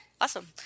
Awesome